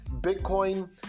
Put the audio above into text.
Bitcoin